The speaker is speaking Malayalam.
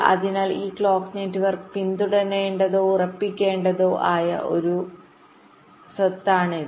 അതിനാൽ ഈ ക്ലോക്ക് നെറ്റ്വർക്ക് പിന്തുടരേണ്ടതോ ഉറപ്പാക്കേണ്ടതോ ആയ ഒരു സ്വത്താണ് ഇത്